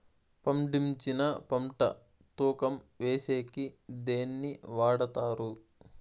పండించిన పంట తూకం వేసేకి దేన్ని వాడతారు?